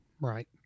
Right